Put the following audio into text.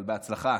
אבל בהצלחה.